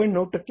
9 टक्के आहे